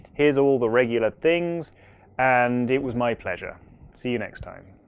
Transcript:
here's all the regular things and it was my pleasure se you next time.